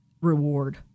reward